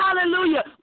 hallelujah